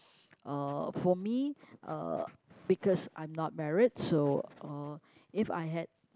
uh for me uh because I'm not married so uh if I had